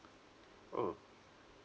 oh